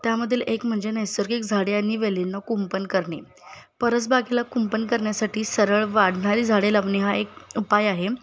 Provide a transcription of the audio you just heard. त्यामधील एक म्हणजे नैसर्गिक झाडे आणि वेलींना कुंपण करणे परसबागेला कुंपण करण्यासाठी सरळ वाढणारी झाडे लावणे हा एक उपाय आहे